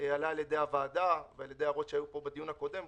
הועלה על ידי הוועדה בהערות שהיו פה בדיון הקודם,